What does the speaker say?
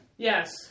Yes